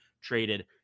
traded